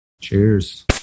Cheers